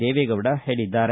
ದೇವೆಗೌಡ ಹೇಳಿದ್ದಾರೆ